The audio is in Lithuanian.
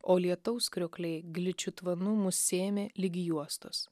o lietaus kriokliai gličiu tvanu mus sėmė ligi juostos